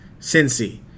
Cincy